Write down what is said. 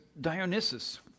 Dionysus